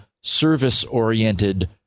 service-oriented